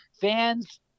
fans